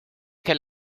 que